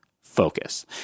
Focus